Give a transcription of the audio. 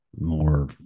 more